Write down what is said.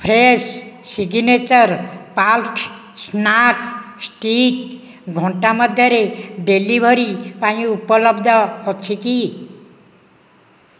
fresh signature palak snack stick ଘଣ୍ଟା ମଧ୍ୟରେ delivery ପାଇଁ ଉପଲବ୍ଧ ଅଛି କି